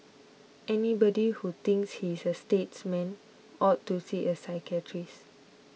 anybody who thinks he is a statesman ought to see a psychiatrist